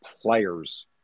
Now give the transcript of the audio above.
players